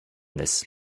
this